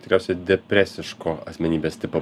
tikriausiai depresiško asmenybės tipo